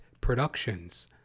productions